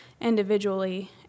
individually